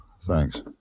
thanks